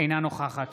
אינה נוכחת